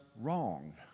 wrong